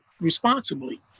responsibly